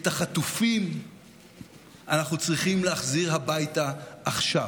את החטופים אנחנו צריכים להחזיר הביתה עכשיו.